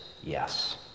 yes